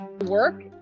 Work